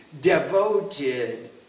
devoted